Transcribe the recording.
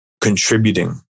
contributing